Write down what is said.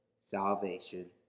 salvation